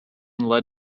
led